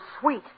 sweet